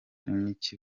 n’iki